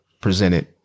presented